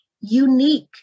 unique